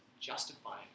justifying